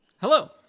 Hello